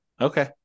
Okay